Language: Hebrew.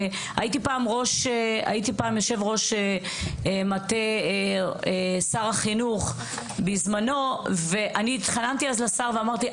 והייתי פעם יושב ראש מטה שר החינוך בזמנו ואני התחננתי אז לשר ואמרתי,